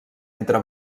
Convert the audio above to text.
entre